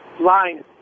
Line